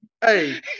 Hey